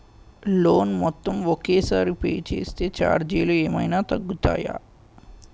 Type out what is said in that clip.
Loan మొత్తం ఒకే సారి పే చేస్తే ఛార్జీలు ఏమైనా తగ్గుతాయా?